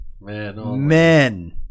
Men